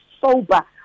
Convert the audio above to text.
sober